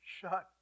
shut